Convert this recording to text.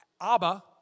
Abba